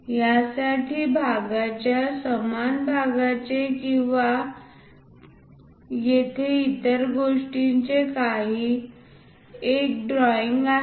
याठिकाणी भागाच्या समान भागाचे किंवा येथे इतर गोष्टींचे आणखी एक ड्रॉईंग आहे